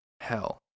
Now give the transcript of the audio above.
Hell